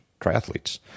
triathletes